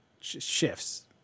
shifts